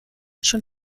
schon